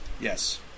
Yes